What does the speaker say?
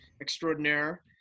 extraordinaire